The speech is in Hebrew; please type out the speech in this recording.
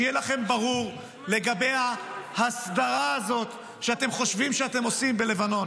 שיהיה לכם ברור לגבי ההסדרה הזאת שאתם חושבים שאתם עושים בלבנון: